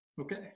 Okay